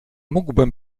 mógłbym